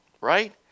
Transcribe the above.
right